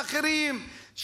באחרים,